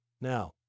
Now